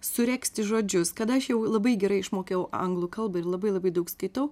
suregzti žodžius kada aš jau labai gerai išmokiau anglų kalbą ir labai labai daug skaitau